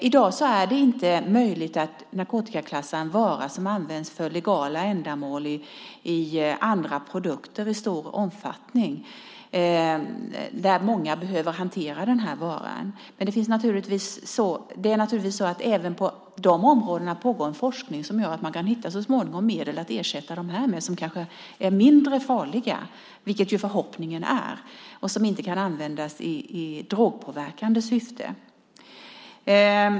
I dag är det inte möjligt att narkotikaklassa en vara som i stor omfattning används för legala ändamål i andra produkter och där många behöver hantera varan. Även på dessa områden pågår forskning som gör att man så småningom kan hitta ersättningsmedel som förhoppningsvis är mindre farliga och inte kan användas i drogpåverkande syfte.